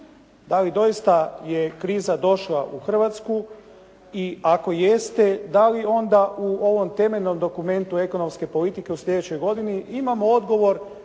Da li doista je kriza došla u Hrvatskoj i ako jeste da li onda u ovom temeljnom dokumente ekonomske politike u sljedećoj godini imamo odgovor